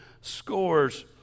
scores